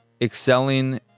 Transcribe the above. excelling